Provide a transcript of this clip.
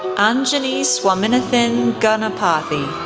anjani swaminathan ganapathy,